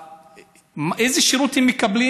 איזה שירותים מקבלים?